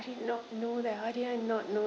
I did not know that how did I not know